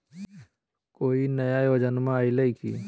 कोइ नया योजनामा आइले की?